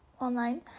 online